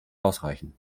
ausreichen